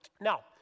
Now